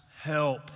help